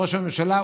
ראש הממשלה,